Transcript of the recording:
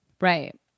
Right